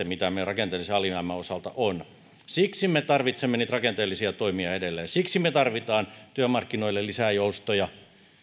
mitä meillä rakenteellisen alijäämän osalta on siksi me tarvitsemme niitä rakenteellisia toimia edelleen siksi me tarvitsemme työmarkkinoille lisää joustoja